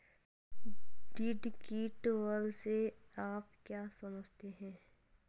Deductible से आप क्या समझते हैं?